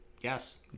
yes